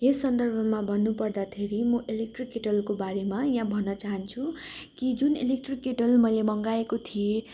यस सन्दर्भमा भन्नु पर्दाखेरि म इलेक्ट्रिक किटलको बारेमा यहाँ भन्न चाहन्छु कि जुन इलेक्ट्रिक केटल मैले मँगाएको थिएँ